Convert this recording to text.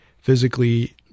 physically